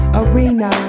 arena